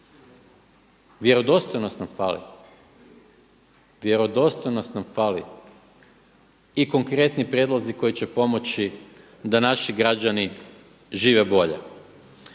Vjerodostojnost nam fali, vjerodostojnost nam fali i konkretni prijedlozi koji će pomoći da naši građani žive bolje.